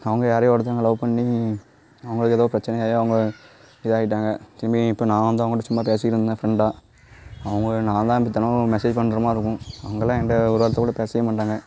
அவங்க யாரையோ ஒருத்தவங்க லவ் பண்ணி அவங்களுக்கு ஏதோ பிரச்சின ஆகி அவங்க இதாகிட்டாங்க திரும்பி இப்போ நான் வந்து அவங்கள்ட்ட சும்மா பேசிக்கிட்டு இருந்தேன் ஃப்ரெண்டாக அவங்க நான் தான் எப்போ பார்த்தாலும் மெசேஜ் பண்ணுற மாதிரி இருக்கும் அவங்களா என்ட்ட ஒரு வார்த்தைக் கூட பேசவே மாட்டாங்க